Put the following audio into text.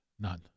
None